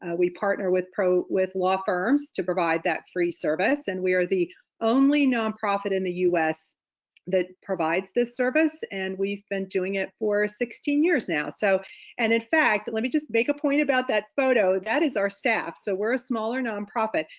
ah we partner with law firms to provide that free service. and we are the only nonprofit in the us that provides this service and we've been doing it for sixteen years now. so and in fact, let me just make a point about that photo that is our staff. so we're a smaller nonprofit,